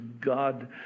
God